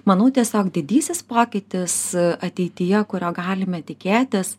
manau tiesiog didysis pokytis ateityje kurio galime tikėtis